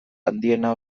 handiena